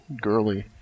girly